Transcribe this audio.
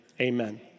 amen